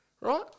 Right